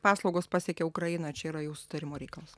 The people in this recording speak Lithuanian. paslaugos pasiekia ukrainą čia yra jau sutarimo reikalas